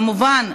כמובן,